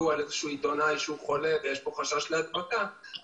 שאיזשהו עיתונאי חולה ויש לו חשש להדבקה,